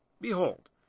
Behold